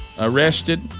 arrested